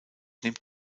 nimmt